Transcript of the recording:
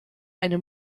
eine